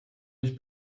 nicht